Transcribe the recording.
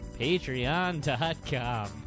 Patreon.com